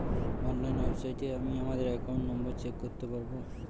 online ওয়েবসাইটে আমি আমাদের একাউন্ট নম্বর চেক করতে পারবো